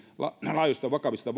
laajoista ja vakavista